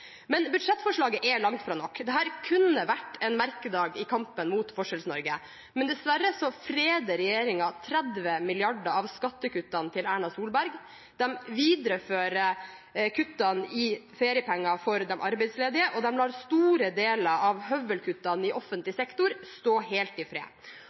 Men budsjettforslaget er langt fra nok. Dette kunne vært en merkedag i kampen mot Forskjells-Norge, men dessverre freder regjeringen 30 mrd. kr av skattekuttene til Erna Solberg. De viderefører kuttene i feriepenger for de arbeidsledige, og de lar store deler av høvelkuttene i offentlig sektor stå helt i fred.